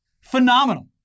Phenomenal